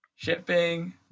Shipping